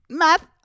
math